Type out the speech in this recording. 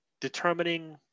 determining